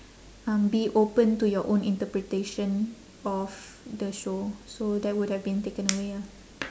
um be open to your own interpretation of the show so that would have been taken away ah